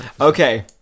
Okay